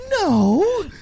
no